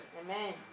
Amen